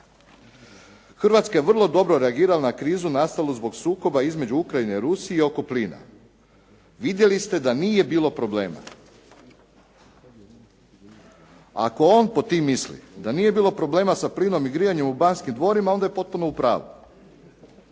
“Hrvatska je vrlo dobro reagirala na krizu nastalu zbog sukoba između Ukrajine i Rusije oko plina. Vidjeli ste da nije bilo problema.“ Ako on pod tim misli da nije bilo problema sa plinom i grijanjem u Banskim dvorima onda je potpuno u pravu.